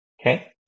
Okay